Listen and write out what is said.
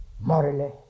morally